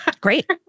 Great